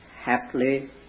Happily